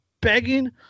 Begging